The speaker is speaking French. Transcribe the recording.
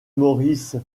maurice